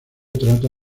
trata